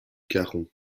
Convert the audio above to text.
caron